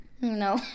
No